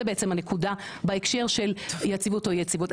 זה בעצם הנקודה בהקשר של יציבות או אי יציבות.